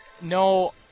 No